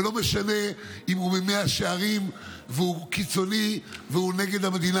ולא משנה אם הוא ממאה שערים והוא קיצוני והוא נגד המדינה